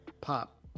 Pop